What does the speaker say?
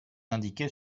indiquer